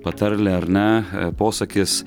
patarlė ar ne posakis